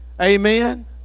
Amen